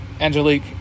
Angelique